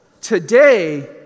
Today